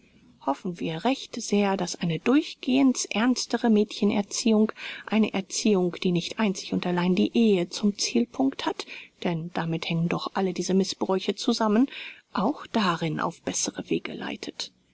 hoffen wir recht sehr daß eine durchgehends ernstere mädchenerziehung eine erziehung die nicht einzig und allein die ehe zum zielpunkt hat denn damit hängen doch alle diese mißbräuche zusammen auch darin auf bessere wege leitet